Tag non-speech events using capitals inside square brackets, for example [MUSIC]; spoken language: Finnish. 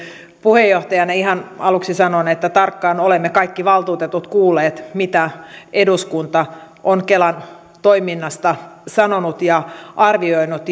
puheenjohtajana ihan aluksi sanon että tarkkaan olemme kaikki valtuutetut kuulleet mitä eduskunta on kelan toiminnasta sanonut ja arvioinut [UNINTELLIGIBLE]